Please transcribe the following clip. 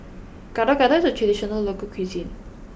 Gado Gado is a traditional local cuisine